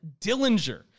Dillinger